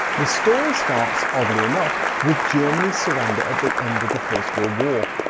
the story starts, oddly enough, with germany's surrender at the end of the first world war.